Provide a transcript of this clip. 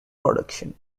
production